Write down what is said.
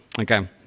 okay